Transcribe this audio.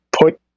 put